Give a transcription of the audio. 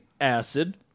acid